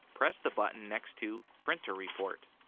press the button next to printer report.